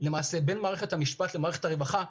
בין מערכת המשפט למערכת הרווחה.